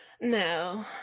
no